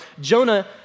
Jonah